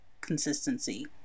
consistency